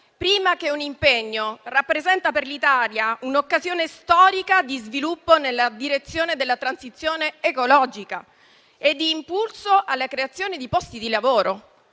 prima che un impegno, rappresenta per l'Italia un'occasione storica di sviluppo nella direzione della transizione ecologica e di impulso alla creazione di posti di lavoro;